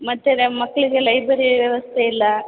ಮತ್ತು ನಮ್ಮ ಮಕ್ಕಳಿಗೆ ಲೈಬ್ರರಿ ವ್ಯವಸ್ಥೆ ಇಲ್ಲ